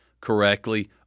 correctly